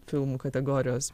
filmų kategorijos